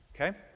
Okay